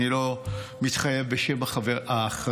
אני לא מתחייב בשם האחרים.